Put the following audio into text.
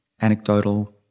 anecdotal